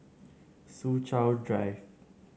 Soo Chow Drive